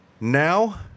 Now